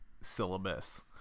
syllabus